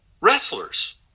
wrestlers